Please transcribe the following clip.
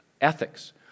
ethics